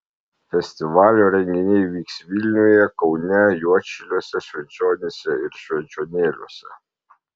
festivalio renginiai vyks vilniuje kaune juodšiliuose švenčionyse ir švenčionėliuose